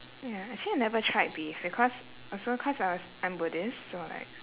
ya actually I never tried beef because also cause I was I'm buddhist so like